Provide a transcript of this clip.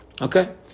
Okay